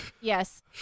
Yes